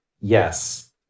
yes